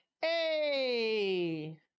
Hey